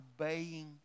obeying